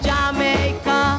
Jamaica